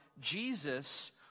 Jesus